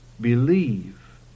Believe